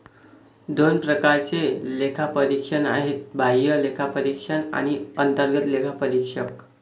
दोन प्रकारचे लेखापरीक्षक आहेत, बाह्य लेखापरीक्षक आणि अंतर्गत लेखापरीक्षक